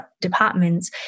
departments